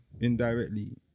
indirectly